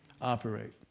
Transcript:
operate